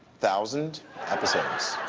thousand episodes.